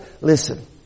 listen